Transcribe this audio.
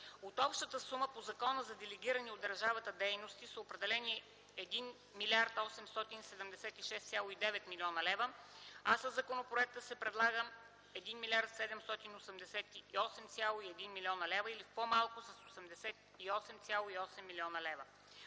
От общата сума по закона за делегирани от държавата дейности са определени 1 млрд. 876,9 млн. лв., а със законопроекта се предлагат 1 млрд. 788,1 млн. лв. или в по-малко с 88,8 млн. лв.